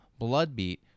Bloodbeat